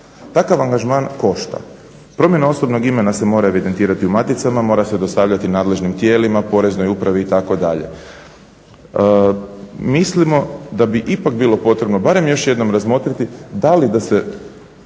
Takav angažman košta. Promjena osobnog imena se mora evidentirati u maticama, mora se dostavljati nadležnim tijelima, poreznoj upravi itd. Mislimo da bi ipak bilo potrebno barem još jednom razmotriti da li da se